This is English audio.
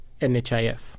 NHIF